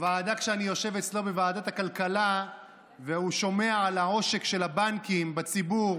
כשאני יושב אצלו בוועדת הכלכלה והוא שומע על העושק של הבנקים את הציבור,